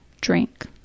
drink